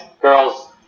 girls